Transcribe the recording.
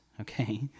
okay